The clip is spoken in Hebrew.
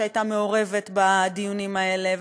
שהייתה מעורבת בדיונים האלה,